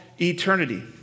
eternity